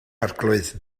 arglwydd